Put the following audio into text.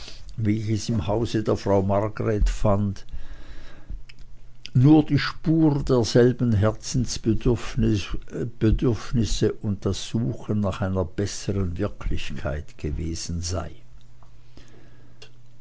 wie ich es im hause der frau margret fand nur die spur derselben herzensbedürfnisse und das suchen nach einer besseren wirklichkeit gewesen sei